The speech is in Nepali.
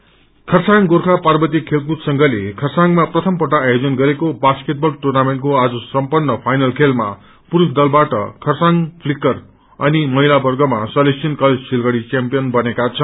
बास्केट बल खरसाङ गोर्खा पार्वतीय खेलकूद संघले खरसाङमा प्रथम पल्ट आयोजन गरेको बास्केटबल टुर्नामेन्टको आज सम्पन्न फाइनल खेलमा पुरूष दलबाट खरसाङ फ्लिकर अनि मलिा वर्गमा सलेसियन कलेज सिलगढ़ी च्याम्पियन बनेको छ